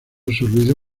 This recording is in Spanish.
absorbido